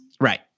Right